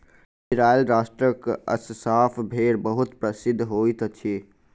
Israel राष्ट्रक Assaf भेड़ बहुत प्रसिद्ध होइत अछि